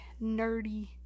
nerdy